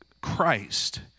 Christ